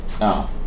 No